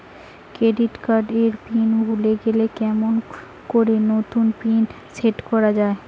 Credit card এর PIN ভুলে গেলে কেমন করি নতুন পিন সেট করা য়ায়?